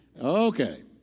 Okay